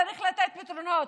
צריך לתת פתרונות,